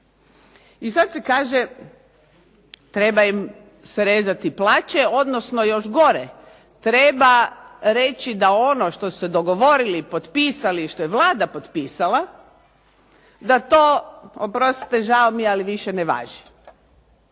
I sad se kaže treba im srezati plaće odnosno još gore, treba reći da ono što su se dogovorili, potpisali i što je Vlada potpisala da to oprostite ali žao mi je više ne važi.